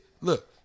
look